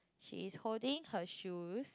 she is holding her shoes